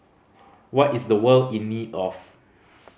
what is the world in need of